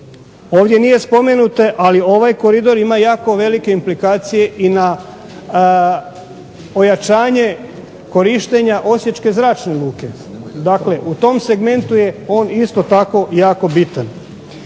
Ovdje nije spomenuto, ali ovaj koridor ima jako velike implikacije i na ojačanje korištenja osječke zračne luke. Dakle, u tom segmentu je on isto tako jako bitan.